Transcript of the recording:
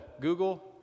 Google